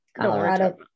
Colorado